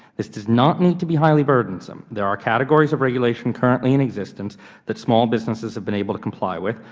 this does not need to be highly burdensome. there are categories of regulation currently in existence that small businesses have been able to comply with,